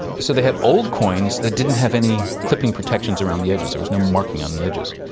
so they had old coins that didn't have any clipping protections around the edges, there was no marking on the edges,